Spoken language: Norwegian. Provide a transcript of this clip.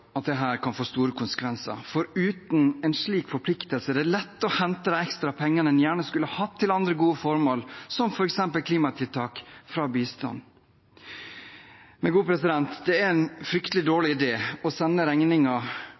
kan få store konsekvenser, for uten en slik forpliktelse er det lett å hente de ekstra pengene en gjerne skulle hatt til andre gode formål, som f.eks. klimatiltak, fra bistanden. Det er en fryktelig dårlig idé å sende